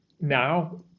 now